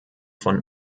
von